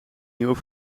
nieuwe